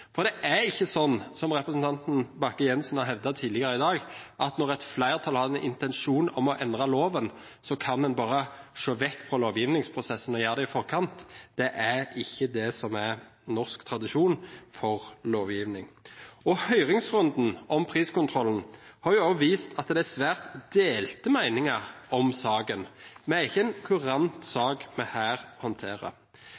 Det er ikke sånn, som representanten Bakke-Jensen har hevdet tidligere i dag, at når et flertall har en intensjon om å endre loven, kan man bare se bort fra lovgivningsprosessen og gjøre det i forkant. Det er ikke det som er norsk tradisjon for lovgivning. Høringsrunden om priskontrollen har også vist at det er svært delte meninger om saken. Det er ikke en